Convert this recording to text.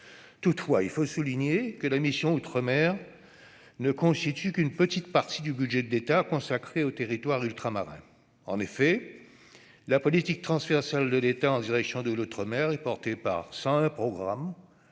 Toutefois, il faut souligner que la mission « Outre-mer » ne constitue qu'une petite partie du budget de l'État consacré aux territoires ultramarins. En effet, la politique transversale de l'État en direction de l'outre-mer est portée par 101 programmes